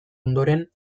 ondoren